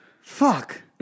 fuck